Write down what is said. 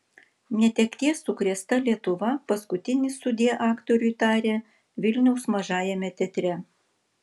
netekties sukrėsta lietuva paskutinį sudie aktoriui tarė vilniaus mažajame teatre